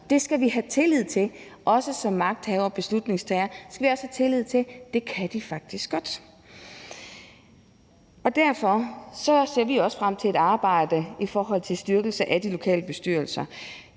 Det skal vi have tillid til. Som magthavere og beslutningstagere skal også vi have tillid til, at det kan de faktisk godt. Derfor ser vi også frem til at arbejde med en styrkelse af de lokale bestyrelser.